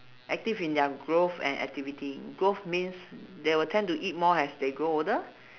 active in their growth and activity growth means they will tend to eat more as they grow older